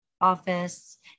Office